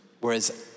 whereas